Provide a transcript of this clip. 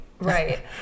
right